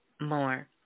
more